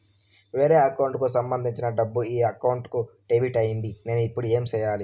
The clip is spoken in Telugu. వేరే అకౌంట్ కు సంబంధించిన డబ్బు ఈ అకౌంట్ కు డెబిట్ అయింది నేను ఇప్పుడు ఏమి సేయాలి